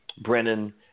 Brennan